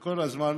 וכל הזמן